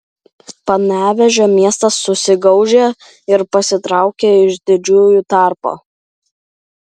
panevėžio miestas susigaužė ir pasitraukė iš didžiųjų tarpo